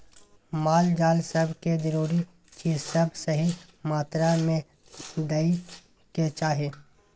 माल जाल सब के जरूरी चीज सब सही मात्रा में दइ के चाही